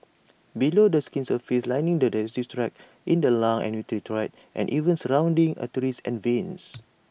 below the skin's surface lining the digestive tract in the lungs and urinary tract and even surrounding arteries and veins